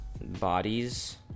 bodies